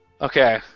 Okay